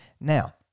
Now